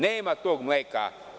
Nema tog mleka.